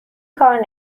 کار